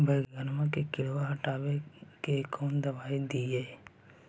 बैगनमा के किड़बा के हटाबे कौन दवाई दीए?